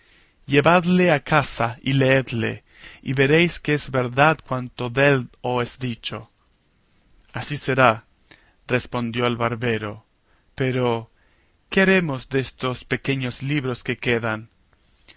llevadle a casa y leedle y veréis que es verdad cuanto dél os he dicho así será respondió el barbero pero qué haremos destos pequeños libros que quedan